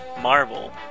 Marvel